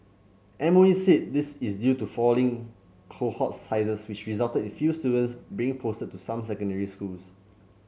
M O E said this is due to falling cohort sizes which resulted in fewer students being posted to some secondary schools